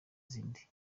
izindi